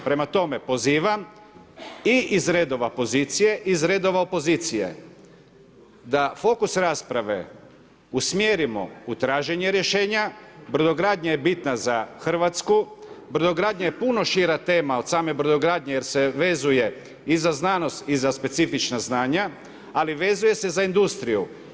Prema tome, pozivam i iz redova pozicije i iz redova opozicije, da fokus rasprave usmjerimo u traženje rješenja, brodogradnja je bitna za Hrvatsku, brodogradnja je puno šira tema od same brodogradnje, jer se vezuje i za znanost i za specifična znanja, ali vezuje se za industriju.